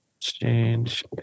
Exchange